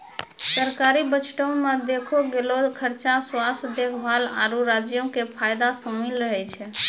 सरकारी बजटो मे देलो गेलो खर्चा मे स्वास्थ्य देखभाल, आरु राज्यो के फायदा शामिल रहै छै